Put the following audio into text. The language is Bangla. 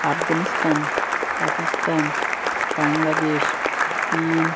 আফগানিস্তান পাকিস্তান বাংলাদেশ চীন